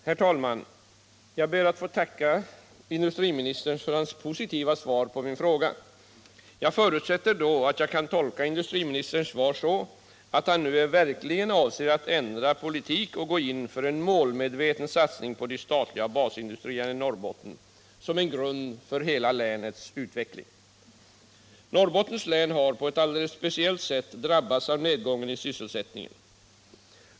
Herr talman! Jag ber att få tacka industriministern för hans positiva svar på min fråga. Jag förutsätter då att jag kan tolka industriministerns svar så, att han nu verkligen avser att ändra politik och gå in för en målmedveten satsning på de statliga basindustrierna i Norrbotten som en grund för hela länets utveckling. Norrbottens län har på ett alldeles speciellt sätt drabbats av nedgången i sysselsättning.